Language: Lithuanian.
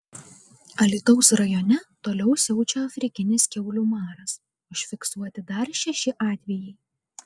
alytaus rajone toliau siaučia afrikinis kiaulių maras užfiksuoti dar šeši atvejai